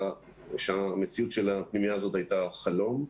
כשהמציאות של הפנימייה הזאת הייתה חלום.